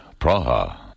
Praha